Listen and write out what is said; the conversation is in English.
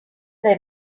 they